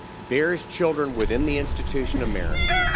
bears children within the institution of marriage,